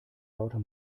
lauter